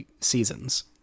seasons